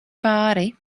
pāri